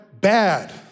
bad